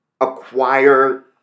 acquire